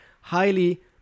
highly